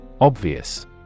Obvious